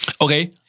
Okay